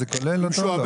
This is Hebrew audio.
זה כולל אותו או לא?